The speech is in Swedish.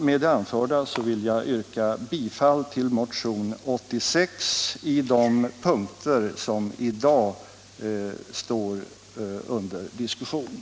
Med det anförda vill jag yrka bifall till motion 86 i de delar som i dag står under debatt.